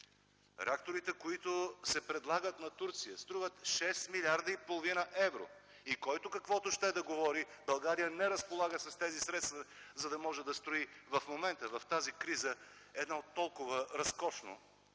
Реакторите, които се предлагат на Турция струват 6 милиарда и половина евро и който, каквото ще да говори – България не разполага с тези средства, за да може да строи в момента, в тази криза едно толкова разкошно